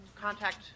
contact